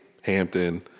Hampton